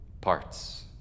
parts